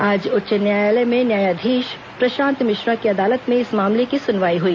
आज उच्च न्यायालय में न्यायाधीश प्रशांत मिश्रा की अदालत में इस मामले की सुनवाई हुई